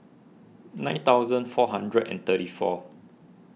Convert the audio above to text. nine thousand four hundred and thirty four